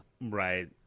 Right